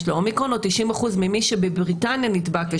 יש לו אומיקרון או 90% ממי שבבריטניה נדבק,